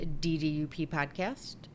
dduppodcast